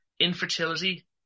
Infertility